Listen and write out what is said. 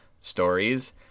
stories